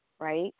right